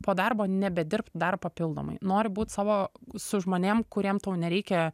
po darbo nebedirbt dar papildomai nori būt savo su žmonėm kuriem tau nereikia